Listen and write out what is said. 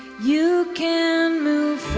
you can move